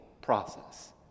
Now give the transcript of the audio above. process